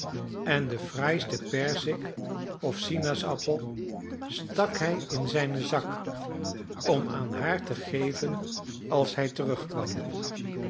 en de fraaiste perzik of sinaasappel stak hij in zijnen zak om aan haar te geven als hij terugkwam